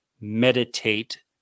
meditate